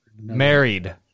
married